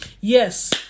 Yes